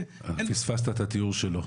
פספסת את התיאור שלו.